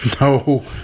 No